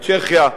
בצ'כיה,